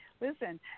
listen